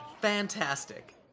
Fantastic